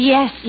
Yes